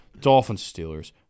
Dolphins-Steelers